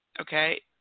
Okay